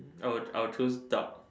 I will I will choose dark